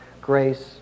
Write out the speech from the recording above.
grace